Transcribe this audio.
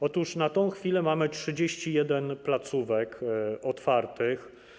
Otóż na tę chwilę mamy 31 placówek otwartych.